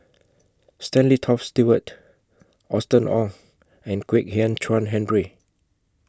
Stanley Toft Stewart Austen Ong and Kwek Hian Chuan Henry